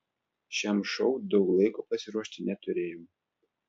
šiam šou daug laiko pasiruošti neturėjau